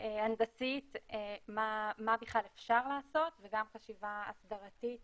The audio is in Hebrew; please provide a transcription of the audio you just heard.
הנדסית מה בכלל אפשר לעשות וגם חשיבה הסברתית